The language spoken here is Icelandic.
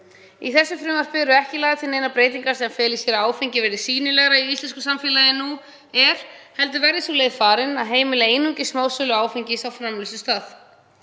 Í þessu frumvarpi eru ekki lagðar til neinar breytingar sem fela í sér að áfengi verði sýnilegra í íslensku samfélagi en nú er heldur verði sú leið farin að heimila einungis smásölu áfengis á framleiðslustað.